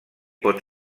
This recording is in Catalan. pot